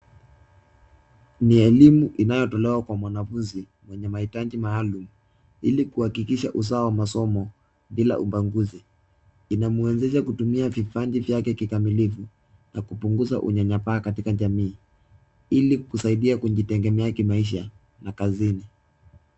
Ni elimu inayotolewa kwa mwanafunzi mwenye mahitaji maalum ili kuhakikisha usawa wa masomo bila ubaguzi, inamwezesha kutumia vipaji vyake kikamilifu na kupunguza unyanyapaa katika jamii ili kusaidia kujitegemea kimaisha na kazini.